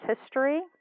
history